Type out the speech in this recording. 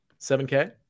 7K